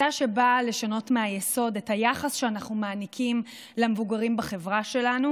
הצעה שבאה לשנות מהיסוד את היחס שאנחנו מעניקים למבוגרים בחברה שלנו,